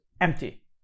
empty